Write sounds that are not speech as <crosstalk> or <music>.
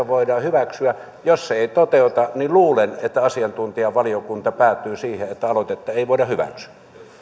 <unintelligible> voidaan hyväksyä jos se ei toteuta niin luulen että asiantuntijavaliokunta päätyy siihen että aloitetta ei voida hyväksyä